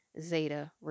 zeta